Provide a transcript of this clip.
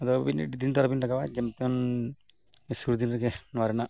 ᱟᱫᱚ ᱟᱹᱵᱤᱱ ᱟᱹᱰᱤ ᱫᱤᱱ ᱫᱚ ᱟᱞᱚ ᱵᱤᱱ ᱞᱟᱜᱟᱣᱟ ᱡᱮᱢᱚᱱ ᱛᱮᱢᱚᱱ ᱥᱩᱨ ᱫᱤᱱ ᱨᱮᱜᱮ ᱱᱚᱣᱟ ᱨᱮᱱᱟᱜ